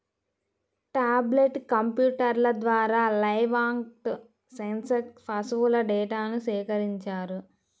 tablet కంప్యూటర్ల ద్వారా livestock census పశువుల డేటాను సేకరించారు